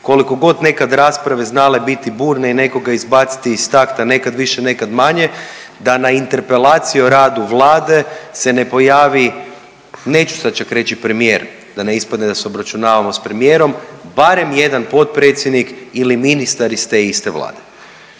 koliko god nekad rasprave znale biti burne i nekoga izbaciti iz takta nekad više, nekad manje, da na interpelaciju o radu Vlade se ne pojavi neću sad čak reći premijer, da ne ispadne da se obračunavamo sa premijerom, barem jedan potpredsjednik ili ministar iz te iste Vlade.